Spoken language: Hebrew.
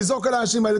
לזרוק על האנשים האלה.